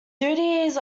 duties